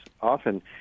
Often